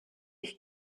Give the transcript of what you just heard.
ich